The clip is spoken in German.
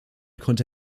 konnte